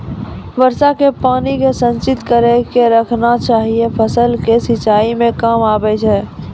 वर्षा के पानी के संचित कड़ी के रखना चाहियौ फ़सल के सिंचाई मे काम आबै छै?